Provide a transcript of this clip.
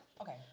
Okay